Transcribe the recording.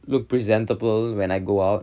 look presentable when I go out